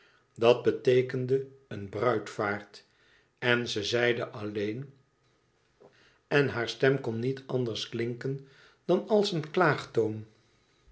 dat beteekende een bruidvaart en ze zeide alleen en haar stem kon niet anders klinken dan als een klaagtoon